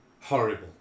horrible